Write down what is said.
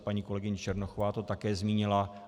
Paní kolegyně Černochová to také zmínila.